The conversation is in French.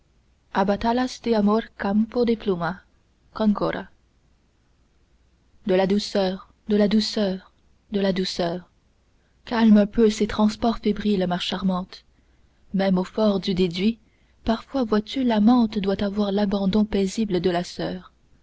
de la douceur de la douceur de la douceur calme un peu ces transports fébriles ma charmante même au fort du déduit parfois vois-tu l'amante doit avoir l'abandon paisible de la soeur